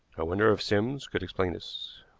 i wonder if sims could explain this?